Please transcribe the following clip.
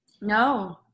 No